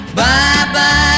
bye-bye